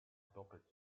doppelt